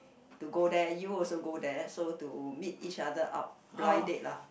to go there you also go there so to meet each other up blind date lah